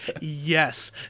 Yes